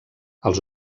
els